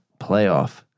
playoff